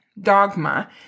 dogma